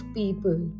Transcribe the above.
people